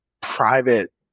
private